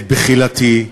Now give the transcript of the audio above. את בחילתי,